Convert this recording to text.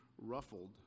ruffled